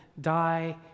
die